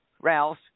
Ralph